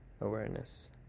awareness